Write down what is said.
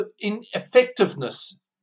ineffectiveness